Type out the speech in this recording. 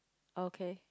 okay